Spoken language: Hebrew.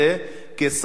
כשר התרבות,